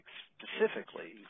specifically